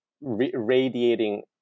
radiating